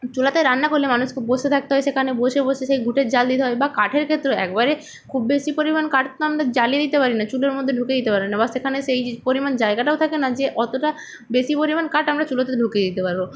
চুলাতে রান্না করলে মানুষকে বসে থাকতে হয় সেখানে বসে বসে সেই ঘুঁটের জ্বাল দিতে হয় বা কাঠের ক্ষেত্রে একবারে খুব বেশি পরিমাণ কাট তো আমরা জ্বালিয়ে দিতে পারি না চুলার মধ্যে ঢুকিয়ে দিতে পারি না বা সেখানে সেই যে পরিমাণ জায়গাটাও থাকে না যে অতোটা বেশি পরিমাণ কাট আমরা চুলোতে ঢুকিয়ে দিতে পারব